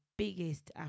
Biggest